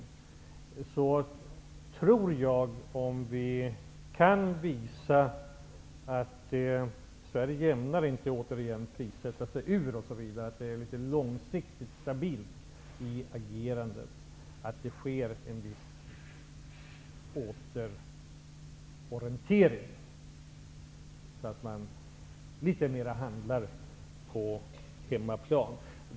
Jag tror därför att om vi kan visa att Sverige inte har för avsikt att återigen prissätta sig ur detta, utan att agerandet är långsiktigt stabilt kommer det att ske en viss återorientering så att man handlar på hemmaplan.